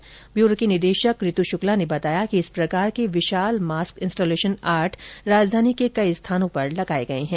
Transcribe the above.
सम्पर्क ब्यूरो की निदेशक ऋत् शुक्ला ने बताया कि इस प्रकार के विशाल मास्क इंस्टॉलेशन आर्ट राजधानी के कई स्थानों पर किये गये हैं